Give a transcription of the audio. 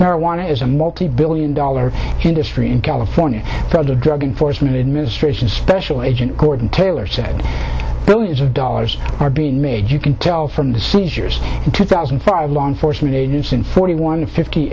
marijuana is a multi billion dollar industry in california the drug enforcement administration special agent gordon taylor said billions of dollars are being made you can tell from the seizures in two thousand and five law enforcement agents in forty one fifty